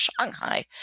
Shanghai